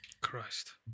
Christ